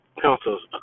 pencils